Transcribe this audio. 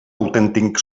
autèntic